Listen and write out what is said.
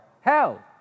Hell